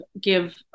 give